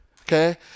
okay